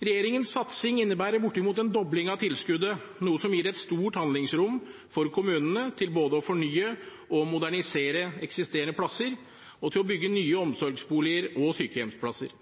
Regjeringens satsing innebærer bortimot en dobling av tilskuddet, noe som gir et stort handlingsrom for kommunene til både å fornye og modernisere eksisterende plasser, og til å bygge nye omsorgsboliger og sykehjemsplasser.